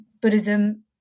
Buddhism